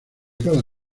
cada